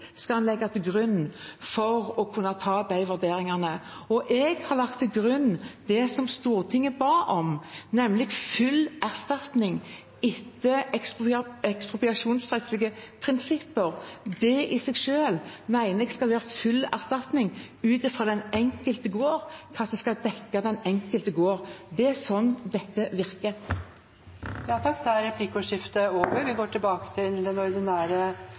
en skal legge til grunn for å kunne ta de vurderingene, og jeg har lagt til grunn det som Stortinget ba om, nemlig full erstatning etter ekspropriasjonsrettslige prinsipper. Det i seg selv mener jeg skal være full erstatning ut fra den enkelte gård, hva som skal dekke den enkelte gård. Det er sånn dette virker. Replikkordskiftet er over.